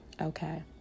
Okay